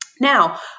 Now